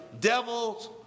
devil's